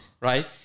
right